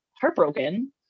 heartbroken